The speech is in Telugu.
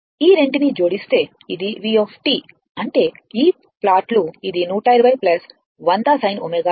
ఈ 2 ను జోడిస్తే ఇది v అంటే ఈ ప్లాట్లు ఇది 120 100 sin ωt